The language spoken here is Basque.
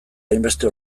hainbeste